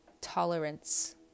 tolerance